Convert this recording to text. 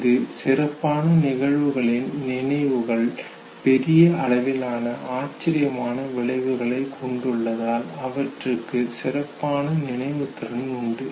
இது சிறப்பான நிகழ்வுகளின் நினைவுகள் பெரிய அளவிலான ஆச்சரியமான விளைவுகளைக் கொண்டுள்ளதால் அவற்றிற்கு சிறப்பான நினைவுத்திறன் உண்டு